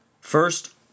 First